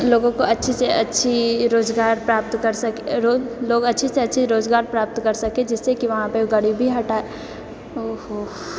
लोगो को अच्छी से अच्छी रोजगार प्राप्त कर सके लोग अच्छे से अच्छे रोजगार प्राप्त कर सके जिससे की वहाँपे गरीबी हटाए ओहो